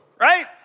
right